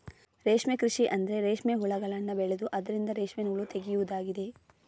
ರೇಷ್ಮೆ ಕೃಷಿ ಅಂದ್ರೆ ರೇಷ್ಮೆ ಹುಳಗಳನ್ನ ಬೆಳೆದು ಅದ್ರಿಂದ ರೇಷ್ಮೆ ನೂಲು ತೆಗೆಯುದಾಗಿದೆ